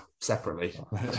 separately